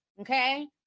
okay